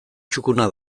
txukuna